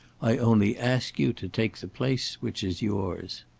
i only ask you to take the place which is yours.